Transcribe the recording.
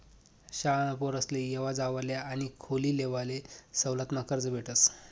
शाळाना पोरेसले येवा जावाले आणि खोली लेवाले सवलतमा कर्ज भेटस